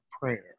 prayer